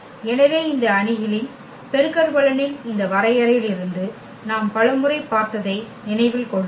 எனவே இந்த அணிகளின் பெருக்கற்பலனின் இந்த வரையறையிலிருந்து நாம் பலமுறை பார்த்ததை நினைவில் கொள்ளுங்கள்